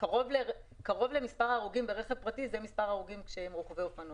קרוב למספר בקרב רוכבי האופנוע.